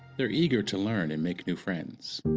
they're eager to learn and make new friends.